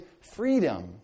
freedom